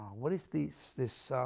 what is this this